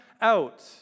out